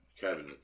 Cabinet